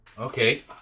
Okay